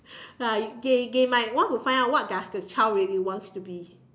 ya they they might want to find out what does the child really wants to be